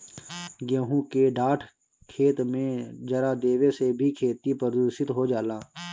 गेंहू के डाँठ खेत में जरा देवे से भी खेती प्रदूषित हो जाला